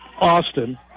Austin